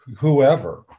whoever